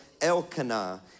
Elkanah